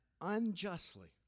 unjustly